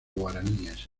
guaraníes